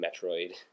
Metroid